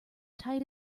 tight